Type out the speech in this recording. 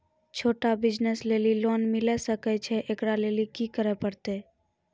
छोटा बिज़नस लेली लोन मिले सकय छै? एकरा लेली की करै परतै